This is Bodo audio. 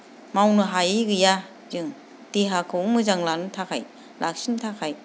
मावनो हायि गैया जों देहाखौ मोजां लानो थाखाय लाखिनो थाखाय